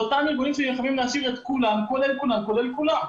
זה אותם ארגונים שנלחמים להשאיר את כולם כולל כולם כולל כולם.